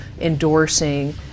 endorsing